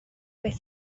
beth